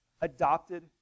adopted